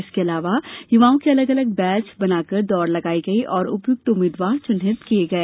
इसके अलावा युवाओं के अलग अलग बैच बनाकर दौड़ कराई गई और उपयुक्त उम्मीदवार चिंहित किए गए